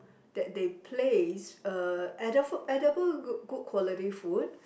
that they place uh edi~ edible good good quality food